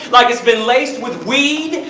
like it's been laced with weed,